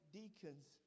deacons